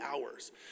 hours